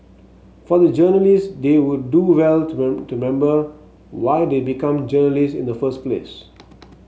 for the journalists they would do well to to remember why they become journalists in the first place